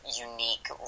unique